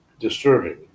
disturbing